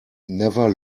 never